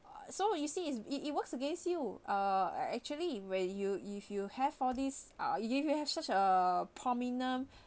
uh so you see it it it works against you uh actually where you if you have all this uh you you have such a prominent